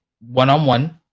one-on-one